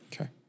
Okay